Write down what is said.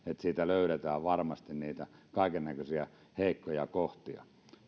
siitä löydetään varmasti kaikennäköisiä heikkoja kohtia